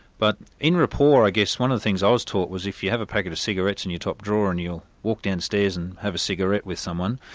but in rapport, i guess, one of the things i was taught was if you have a packet of cigarettes in and your top drawer and you'll walk downstairs and have a cigarette with someone,